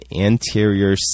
anterior